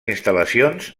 instal·lacions